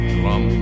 drum